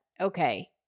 okay